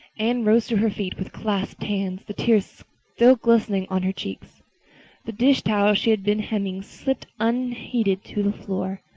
anne rose to her feet, with clasped hands, the tears still glistening on her cheeks the dish towel she had been hemming slipped unheeded to the floor.